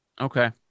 Okay